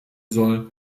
soll